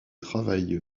travaille